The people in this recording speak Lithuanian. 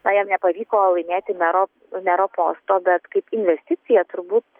na jam nepavyko laimėti mero mero posto bet kaip investicija turbūt